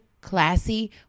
classy